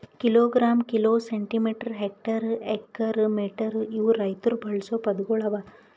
kilogram, kilo, centimetre, hectare, acre, metre ಇವು ರೈತುರ್ ಬಳಸ ಪದಗೊಳ್ ಅವಾ